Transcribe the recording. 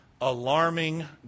alarming